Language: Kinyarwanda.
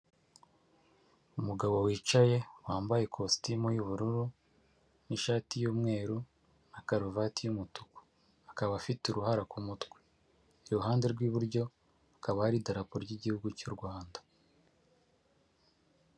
Umugabo wicaye wambaye kositimu y'ubururu n'ishati y'umweru na karuvati y'umutuku akaba afite uruhara ku mutwe, iruhande rw'iburyo hakaba hari idarapo ry'igihugu cy'u Rwanda.